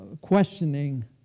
questioning